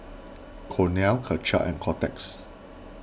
Cornell Karcher and Kotex